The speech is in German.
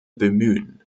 bemühen